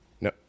No